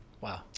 wow